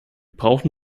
brauchen